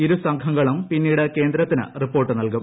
ഇരുസംഘങ്ങളും പിന്നീട് കേന്ദ്രത്തിന് റിപ്പോർട്ട് നൽകും